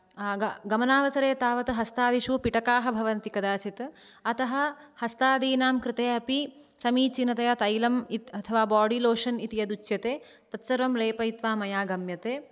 ग गमनावसरे तावत् हस्तादिषु पिटकाः भवन्ति कदाचित् अतः हस्तादिनां कृते अपि समीचीनतया तैलम् इत् अथवा बोडीलोशन् इति यत् उच्यते तत् सर्वं लेपयित्वा मया गम्यते